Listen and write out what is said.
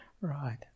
Right